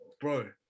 Bro